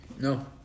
No